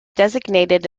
designated